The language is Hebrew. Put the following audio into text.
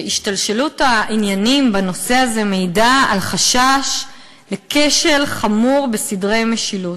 "השתלשלות העניינים בנושא זה מעידה על חשש לכשל חמור בסדרי משילות",